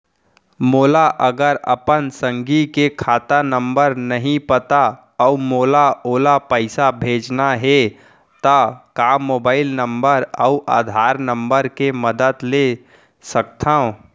मोला अगर अपन संगी के खाता नंबर नहीं पता अऊ मोला ओला पइसा भेजना हे ता का मोबाईल नंबर अऊ आधार नंबर के मदद ले सकथव?